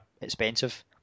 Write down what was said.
expensive